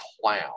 clown